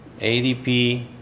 ADP